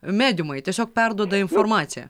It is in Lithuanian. mediumai tiesiog perduoda informaciją